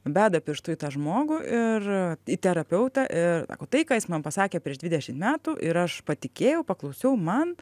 beda pirštu į tą žmogų ir į terapeutą ir tai ką jis man pasakė prieš dvidešim metų ir aš patikėjau paklausiau man